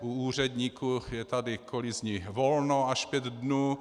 U úředníků je tady kolizní volno až pět dnů.